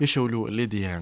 iš šiaulių lidija